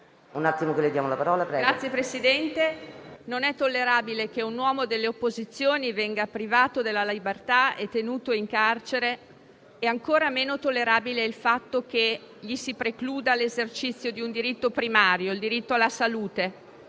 non è tollerabile che un uomo dell'opposizione venga privato della libertà e tenuto in carcere ed ancora meno tollerabile è il fatto che gli si precluda l'esercizio di un diritto primario come quello alla salute.